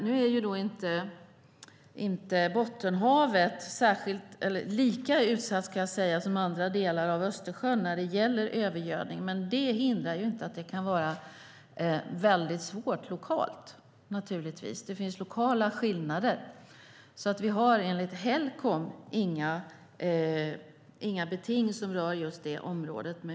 Nu är inte Bottenhavet lika utsatt som andra delar av Östersjön när det gäller övergödning, men det hindrar inte att det kan vara väldigt svårt lokalt. Det finns naturligtvis lokala skillnader. Vi har enligt Helcom inga beting som rör just det området.